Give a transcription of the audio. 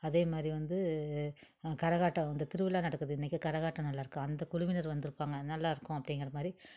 அதேமாதிரி வந்து கரகாட்டம் வந்து திருவிழா நடக்குது அன்னைக்கு கரகாட்டம் நல்லாயிருக்கும் அந்த குழுவினர் வந்திருப்பாங்க நல்லாயிருக்கும் அப்படிங்கிற மாதிரி